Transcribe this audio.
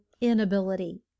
inability